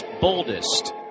boldest